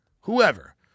whoever